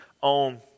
on